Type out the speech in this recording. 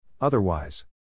Otherwise